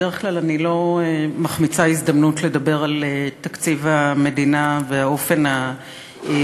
בדרך כלל אני לא מחמיצה הזדמנות לדבר על תקציב המדינה ועל האופן הכושל